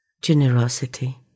generosity